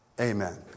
Amen